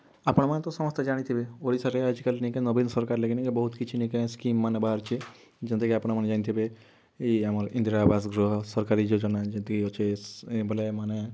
ଆପଣମାନେ ତ ସମସ୍ତେ ଜାଣିଥିବେ ଓଡ଼ିଶାରେ ଆଜିକାଲି ନେଇକି ନବୀନ୍ ସରକାର୍ ଲେଗି ନେଇକି ବହୁତ୍ କିଛି ନେଇକି ସ୍କିମ୍ମାନେ ବାହାରିଛେ ଯେନ୍ତା କି ଆପଣମାନେ ଜାଣିଥିବେ ଏଇ ଆମର ଇନ୍ଦିରା ଆବାସ ଗୃହ ସରକାରୀ ଯୋଜନା ଯେମିତି ଅଛେ ବୋଲେ ମାନେ